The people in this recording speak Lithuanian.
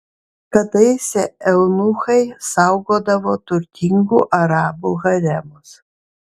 kadaise eunuchai saugodavo turtingų arabų haremus